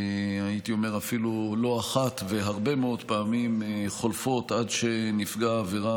הייתי אומר אפילו לא אחת והרבה מאוד פעמים חולפות עד שנפגע העבירה